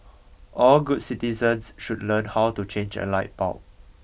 all good citizens should learn how to change a light bulb